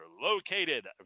located